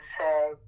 say